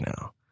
now